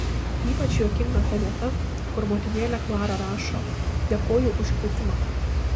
ypač juokinga ta vieta kur motinėlė klara rašo dėkoju už kvietimą